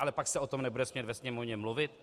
Ale pak se o tom nebude smět ve Sněmovně mluvit?